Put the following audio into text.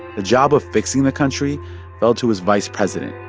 the job of fixing the country fell to his vice president,